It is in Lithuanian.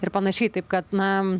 ir panašiai taip kad na